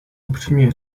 upřímně